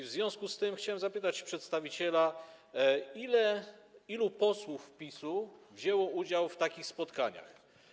W związku z tym chciałem zapytać przedstawiciela: Ilu posłów PiS-u wzięło udział w takich spotkaniach?